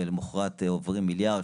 למוחרת עוברים מיליארד,